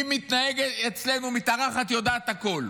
היא מתנהגת אצלנו, מתארחת, יודעת הכול.